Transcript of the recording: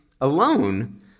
alone